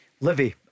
Livy